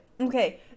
okay